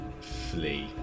flee